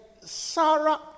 Sarah